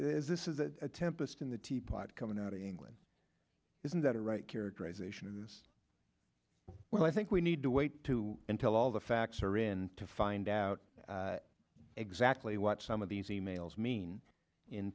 is this is a tempest in the teapot coming out of england isn't that a right characterization and well i think we need to wait until all the facts are in to find out exactly what some of these e mails mean in